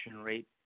rate